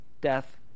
death